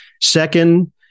Second